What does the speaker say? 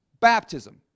baptism